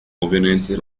conveniently